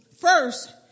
first